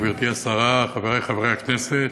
גברתי השרה, חברי חברי הכנסת,